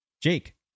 Jake